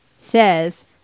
says